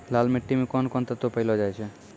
लाल मिट्टी मे कोंन कोंन तत्व पैलो जाय छै?